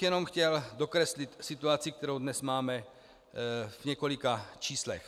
Jenom bych chtěl dokreslit situaci, kterou dnes máme, v několika číslech.